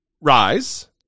rise